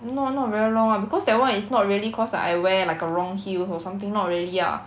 not not very long lah because that [one] is not really cause like I wear like a wrong heels or something not really ah